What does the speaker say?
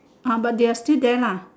ah but they are still there lah